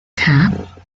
cap